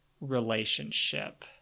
relationship